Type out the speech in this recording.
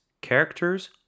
characters